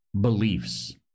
beliefs